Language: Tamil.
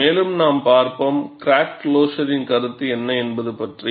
மேலும் நாம் பார்ப்போம் கிராக் க்ளோஸ்ரின் கருத்து என்ன என்பது பற்றி